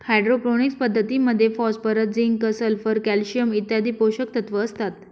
hydroponics पद्धतीमध्ये phosphorus, zinc, sulphur, calcium इत्यादी पोषकतत्व असतात